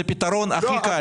זה הפתרון הכי קל.